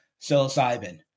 psilocybin